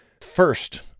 First